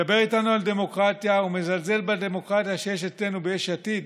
מדבר איתנו על דמוקרטיה ומזלזל בדמוקרטיה שיש אצלנו ביש עתיד.